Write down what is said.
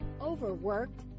Overworked